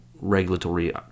regulatory